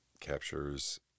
captures